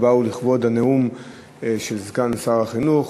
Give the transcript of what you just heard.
שבאו לכבוד הנאום של סגן שר החינוך.